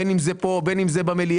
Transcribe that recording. בין אם זה פה ובין אם זה במליאה,